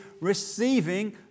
receiving